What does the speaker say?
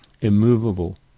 immovable